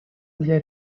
для